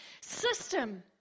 system